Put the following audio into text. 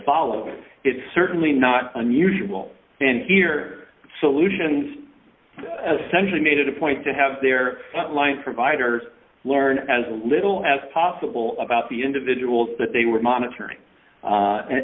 follow it's certainly not unusual and here solutions a century made it a point to have their mind providers learn as little as possible about the individuals that they were monitoring a